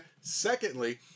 secondly